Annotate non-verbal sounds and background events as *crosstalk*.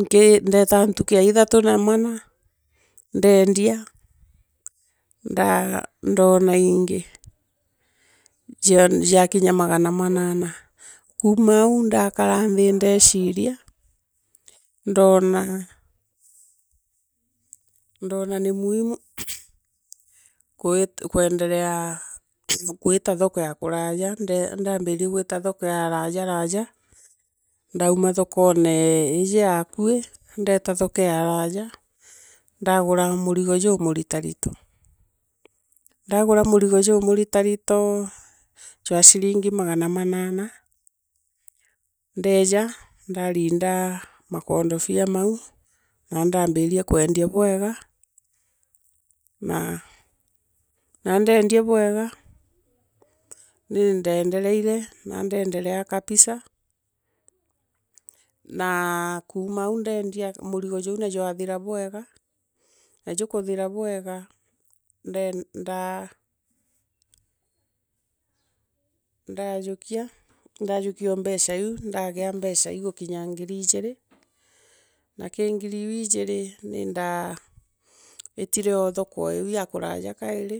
Ndeeta ntuku ya ithatu na mana, ndeendia, nda ndoona iingi jiakinya Magana manana kuma au ndakara nthi ndeeciria, ndona ni muhimu kwenderea gwita thko ya kuraaja ndaambia gwita thoko ya arajaraja, ndauma thokono njii ya akui, ndeta thoko ya araja, ndagura murigo jumuritarito. Ndagura murigo jumuritarito, uwa ciringi Magana manana, ndeeja ndarinda makondotia mau, na ndaambiria kwendia bwega, na ndeendia bwega, nindendereire na ndeenderea kapisa naa kumau ndendia muringo jo una jwathira bwega na jukuthira bwega, ndaa, *hesitation* ndakujia o mbeca iiu ndegea mbeca igukinya ngiri ijirii na ki ngirii iu ijirii ni nda itire thoko oo io kuraja kairi,